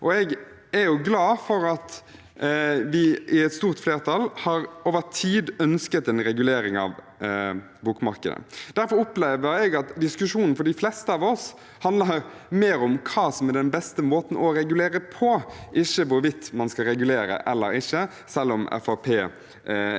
Jeg er glad for at vi, et stort flertall, over tid har ønsket en regulering av bokmarkedet. Derfor opplever jeg at diskusjonen for de fleste av oss handler mer om hva som er den beste måten å regulere på, ikke hvorvidt man skal regulere eller ikke – selv om